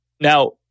Now